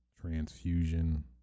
transfusion